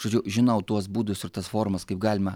žodžiu žinau tuos būdus ir tas formas kaip galima